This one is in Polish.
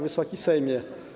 Wysoki Sejmie!